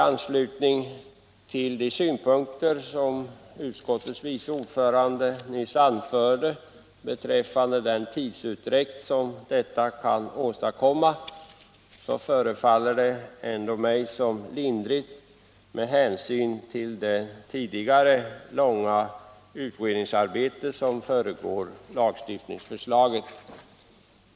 Utskottets vice ordförande anlade nyss vissa kritiska synpunkter med anledning av den tidsutdräkt som detta kan föranleda, men mig förefaller det dock rimligt med tanke på det stora utredningsarbete som föregått lagstiftningsförslaget.